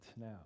now